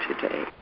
today